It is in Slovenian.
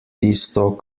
tisto